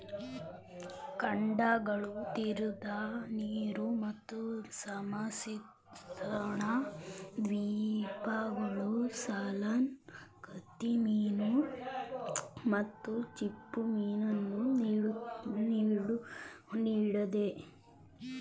ಖಂಡಗಳ ತೀರದ ನೀರು ಮತ್ತು ಸಮಶೀತೋಷ್ಣ ದ್ವೀಪಗಳು ಸಾಲ್ಮನ್ ಕತ್ತಿಮೀನು ಮತ್ತು ಚಿಪ್ಪುಮೀನನ್ನು ನೀಡ್ತದೆ